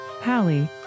Pally